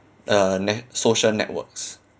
uh net~ social networks